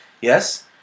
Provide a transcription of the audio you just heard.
yes